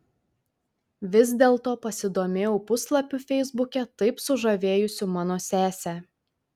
vis dėlto pasidomėjau puslapiu feisbuke taip sužavėjusiu mano sesę